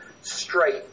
straight